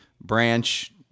branch